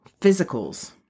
physicals